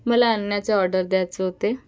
मला अन्नाचं ऑर्डर द्यायचं होते